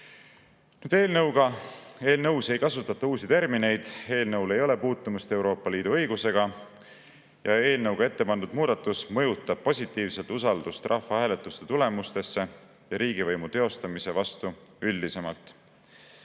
kohta. Eelnõus ei kasutata uusi termineid, eelnõul ei ole puutumust Euroopa Liidu õigusega ja eelnõuga ettepandud muudatus mõjutab positiivselt usaldust rahvahääletuste tulemuste ja riigivõimu teostamise vastu üldisemalt.